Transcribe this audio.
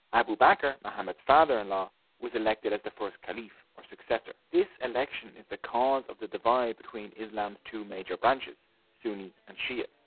abu bakr, muhammad's father in law was elected as the first khalifah, or successor. this election is the cause of the divide between islam's two major branches sunni and shia.